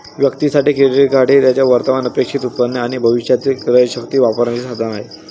व्यक्तीं साठी, क्रेडिट हे त्यांचे वर्तमान अपेक्षित उत्पन्न आणि भविष्यातील क्रयशक्ती वापरण्याचे साधन आहे